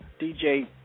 DJ